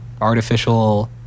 artificial